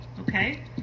okay